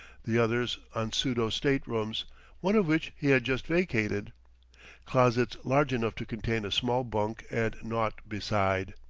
the others on pseudo state-rooms one of which he had just vacated closets large enough to contain a small bunk and naught beside.